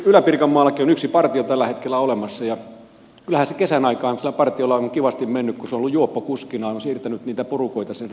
ylä pirkanmaallakin on yksi partio tällä hetkellä olemassa ja kyllähän kesän aikaan sillä partiolla on kivasti mennyt kun se on ollut juoppokuskina siirtänyt niitä porukoita sieltä tampereen putkaan